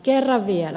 kerran vielä